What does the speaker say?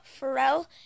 Pharrell